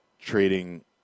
trading